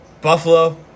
Buffalo